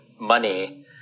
money